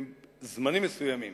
בזמנים מסוימים